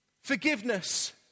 Forgiveness